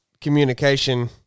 communication